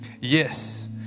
Yes